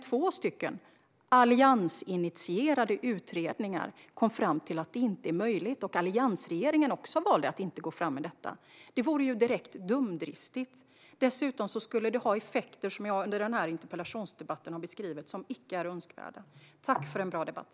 Två alliansinitierade utredningar har kommit fram till att det inte är möjligt att utmana EU. Alliansregeringen valde också att inte gå fram med detta. Då vore det direkt dumdristigt. Det skulle dessutom få effekter som jag under den här interpellationsdebatten har beskrivit som icke önskvärda. Tack för en bra debatt!